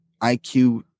IQ